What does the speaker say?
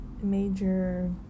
Major